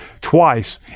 twice